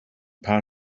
paar